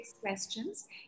questions